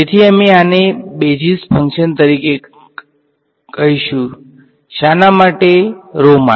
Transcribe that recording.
તેથી અમે આને બેઝિસ ફંક્શન્સ તરીકે કહીશું શાના માટે rho માટે